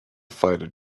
fighter